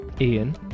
Ian